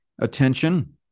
attention